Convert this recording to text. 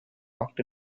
locked